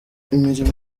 imirimo